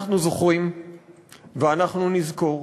אנחנו זוכרים ואנחנו נזכור